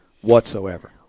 whatsoever